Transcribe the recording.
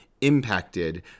impacted